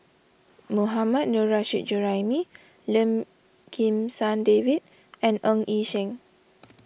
Mohammad Nurrasyid Juraimi Lim Kim San David and Ng Yi Sheng